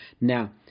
Now